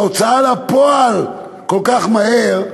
ההוצאה לפועל כל כך מהר,